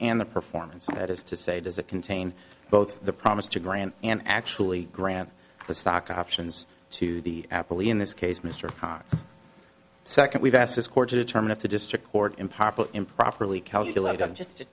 and the performance that is to say does it contain both the promise to grant and actually grant the stock options to the apple in this case mr cox second we've asked this court to determine if the district court in poplar improperly calculated on just a